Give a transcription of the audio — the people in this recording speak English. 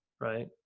right